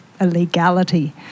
illegality